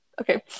okay